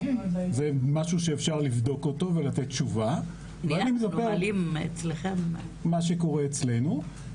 זה משהו שאפשר לבדוק אותו ולתת תשובה מה שקורה אצלנו.